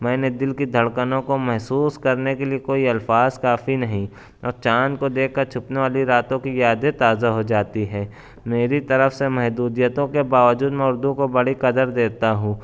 میں نے دِل کی دھڑکنوں کو محسوس کرنے لیے کوئی الفاظ کافی نہیں اور چاند کر دیکھ کر چھپنے والی راتوں کی یادیں تازہ ہو جاتی ہے میری طرف سے محدودیتوں کے باوجود میں اُردو کو بڑی قدر دیتا ہوں